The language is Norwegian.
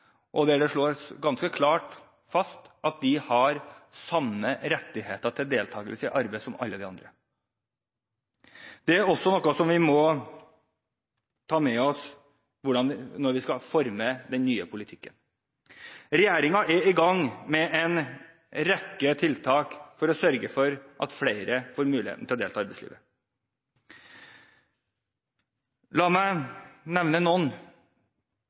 og der det slås ganske klart fast at de har samme rettigheter til deltagelse i arbeid som alle andre. Dette er også noe vi må ta med oss når vi skal forme den nye politikken. Regjeringen er i gang med en rekke tiltak som skal sørge for at flere får muligheten til å delta i arbeidslivet. La meg nevne noen: